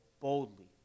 boldly